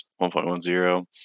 1.10